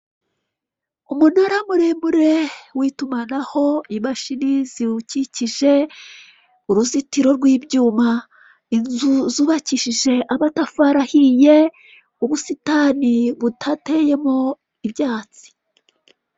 Umunara muremure w'itumanaho imashini ziwukikije uruzitira rw'ibyuma , inzu zubakishije amatafari ahiye, ubusitani budateyemo ubyatsi.